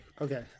Okay